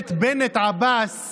ממשלת בנט-עבאס